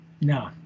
No